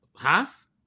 Half